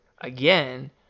again